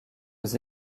aux